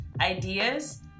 ideas